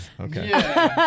Okay